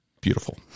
beautiful